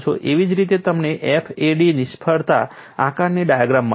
એવી જ રીતે તમને FAD નિષ્ફળતા આકારણી ડાયાગ્રામ મળે છે